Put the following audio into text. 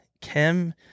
Kim